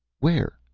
where?